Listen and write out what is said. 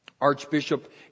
Archbishop